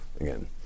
again